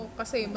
kasi